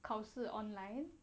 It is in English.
考试 online